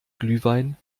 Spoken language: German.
glühwein